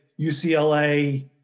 UCLA